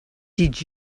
did